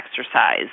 exercise